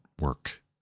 work